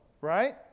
right